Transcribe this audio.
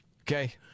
Okay